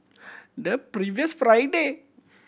the previous Friday